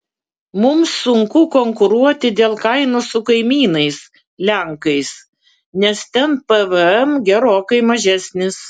mums sunku konkuruoti dėl kainų su kaimynais lenkais nes ten pvm gerokai mažesnis